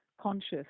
conscious